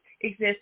exist